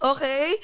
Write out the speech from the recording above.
Okay